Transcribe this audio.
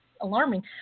alarming